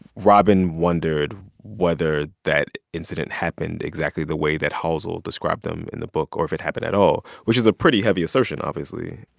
robin wondered whether that incident happened exactly the way that halsell described them in the book or if it happened at all, which is a pretty heavy assertion, obviously.